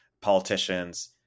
Politicians